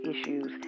issues